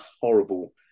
horrible